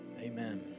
Amen